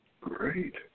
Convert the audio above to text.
great